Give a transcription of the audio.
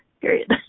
period